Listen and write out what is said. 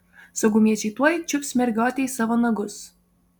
saugumiečiai tuoj čiups mergiotę į savo nagus